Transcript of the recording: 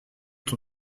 ton